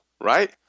right